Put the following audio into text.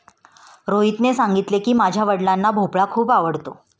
रोहितने सांगितले की, माझ्या वडिलांना भोपळा खूप आवडतो